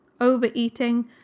overeating